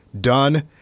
done